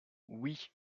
oui